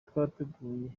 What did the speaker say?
twateguye